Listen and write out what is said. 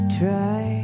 try